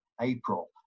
april